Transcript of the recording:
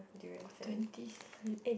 about twenty seed